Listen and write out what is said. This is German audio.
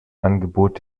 angebot